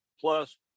Plus